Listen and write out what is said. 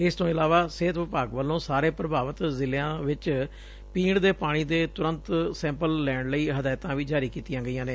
ਇਸ ਤੋਂ ਇਲਾਵਾ ਸਿਹਤ ਵਿਭਾਗ ਵੱਲੋਂ ਸਾਰੇ ਪ੍ਰੱਭਾਵਿਤ ਜ਼ਿਲ਼ਿਆਂ ਦੇ ਵਿਚ ਪੀਣ ਦੇ ਪਾਣੀ ਦੇ ਤੁਰੰਤ ਸੈਂਪਲ ਲੈਣ ਲਈ ਹਦਾਇਤ ਵੀ ਜਾਰੀ ਕੀਤੀ ਗਈ ਏ